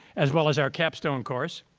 as well as, our capstone course.